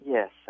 Yes